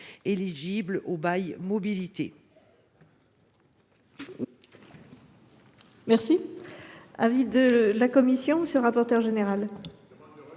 éligibles au bail mobilité.